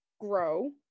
grow